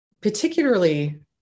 particularly